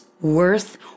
worth